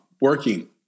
working